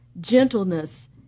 gentleness